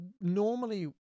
Normally